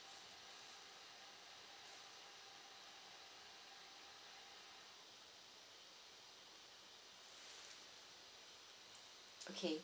okay